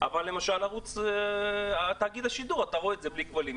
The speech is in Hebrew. אבל, למשל, את תאגיד השידור אתה רואה בבלי כבלים.